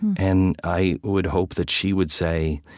and i would hope that she would say,